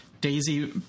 Daisy